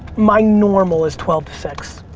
my normal is twelve to six.